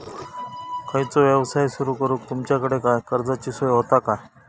खयचो यवसाय सुरू करूक तुमच्याकडे काय कर्जाची सोय होता काय?